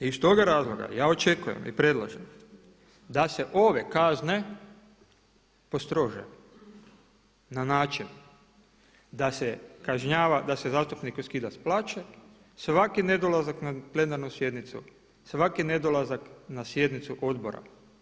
I iz toga razloga ja očekujem i predlažem da se ove kazne postrože na način da se kažnjava, da se zastupniku skida s plaće svaki nedolazaka na plenarnu sjednicu, svaki nedolazak na sjednicu odbora.